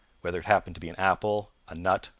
whether it happened to be an apple, a nut,